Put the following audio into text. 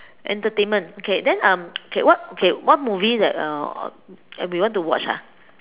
entertainment okay then um okay what okay what movie that uh that we want to watch ah